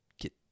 get